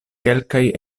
kelkaj